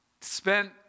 spent